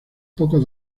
pocos